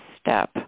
step